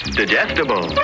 digestible